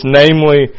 namely